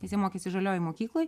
nesimokysi žaliojoj mokykloj